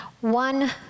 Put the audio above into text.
One